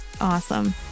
Awesome